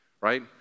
right